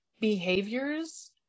behaviors